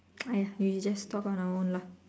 !aiya! we just talk on our own lah